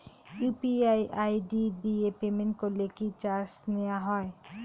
UPI ID দিয়ে payment করলে কি চার্জ নেয়া হয়?